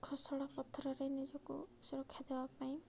ଖସଡ଼ା ପଥରରେ ନିଜକୁ ସୁରକ୍ଷା ଦେବା ପାଇଁ